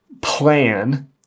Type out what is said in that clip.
plan